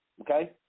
Okay